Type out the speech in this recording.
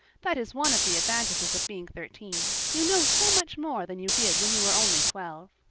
that is one of the advantages of being thirteen. you know so much more than you did when you were only twelve.